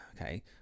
okay